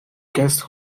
guest